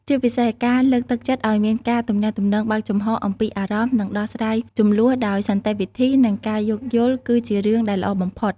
ជាពិសេស ការលើកទឹកចិត្តឲ្យមានការទំនាក់ទំនងបើកចំហរអំពីអារម្មណ៍ និងដោះស្រាយជម្លោះដោយសន្តិវិធី និងការយោគយល់ គឺជារឿងដែលល្អបំផុត។